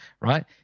right